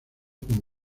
como